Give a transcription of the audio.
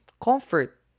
comfort